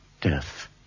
death